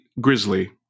grizzly